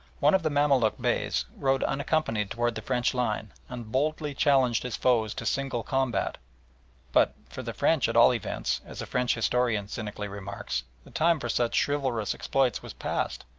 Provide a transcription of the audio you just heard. one of the mamaluk beys rode unaccompanied towards the french line, and boldly challenged his foes to single combat but, for the french at all events, as a french historian cynically remarks, the time for such chivalrous exploits was past,